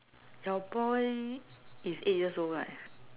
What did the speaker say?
your boy is eight years old right